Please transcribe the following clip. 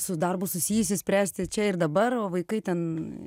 su darbu susijusį spręsti čia ir dabar o vaikai ten